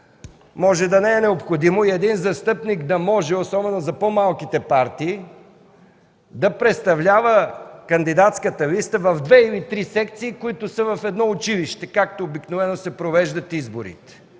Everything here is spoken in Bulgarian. може да не е необходимо и един застъпник да може, особено за по-малките партии, да представлява кандидатската листа в две или три секции, които са в едно училище, както обикновено се провеждат изборите.